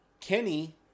Kenny